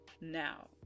now